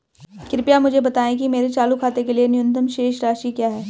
कृपया मुझे बताएं कि मेरे चालू खाते के लिए न्यूनतम शेष राशि क्या है